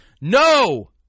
No